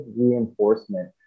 reinforcement